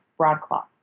broadcloth